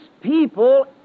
people